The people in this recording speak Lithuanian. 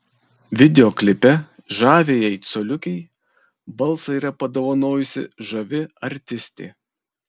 video klipe žaviajai coliukei balsą yra padovanojusi žavi artistė